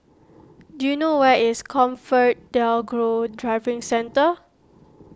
do you know where is ComfortDelGro Driving Centre